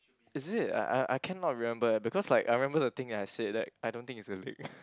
is it I I cannot remember leh because like I remember the things I said that I don't think it's a leak